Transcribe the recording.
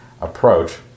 approach